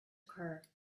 occur